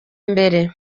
mbere